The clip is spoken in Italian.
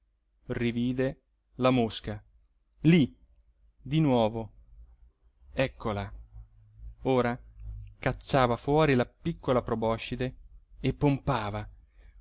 rivide la mosca lí di nuovo eccola ora cacciava fuori la piccola proboscide e pompava ora